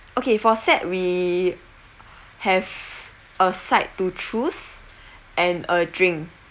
okay for set we have a side to choose and a drink